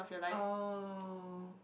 oh